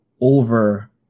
over